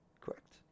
Correct